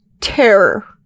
terror